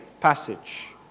passage